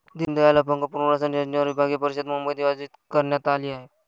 दीनदयाल अपंग पुनर्वसन योजनेवर विभागीय परिषद मुंबईत आयोजित करण्यात आली आहे